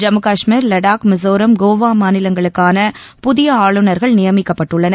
ஜம்மு கஷ்மீர் லடாக் மிசோராம் கோவா மாநிலங்களுக்கான புதிய ஆளுநர்கள் நியமிக்கப்பட்டுள்ளனர்